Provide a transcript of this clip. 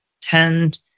tend